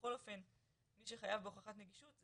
שבכל אופן מי שחייב בהוכחת נגישות,